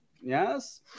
Yes